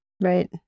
Right